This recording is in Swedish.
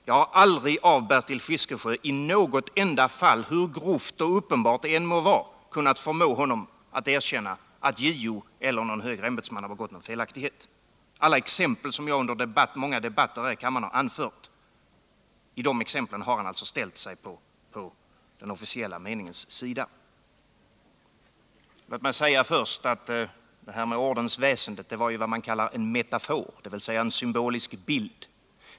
Jag har inte i något enda fall — hur grovt och uppenbart det än varit — kunnat förmå Bertil Fiskesjö att erkänna att JO eller någon annan högre tjänsteman begått någon felaktighet. I alla de exempel som jag anfört under många debatter här i kammaren har han alltså ställt sig på den officiella meningens sida. Låt mig sedan säga att detta med ordensväsendet var vad man kallar en metafor, dvs. en symbolisk bild.